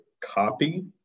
copy